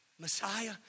Messiah